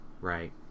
right